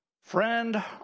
Friend